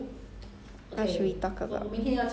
okay we still got forty minutes